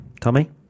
Tommy